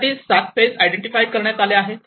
त्या साठी 7 phase identify करण्यात आल्या आहे